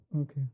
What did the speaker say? Okay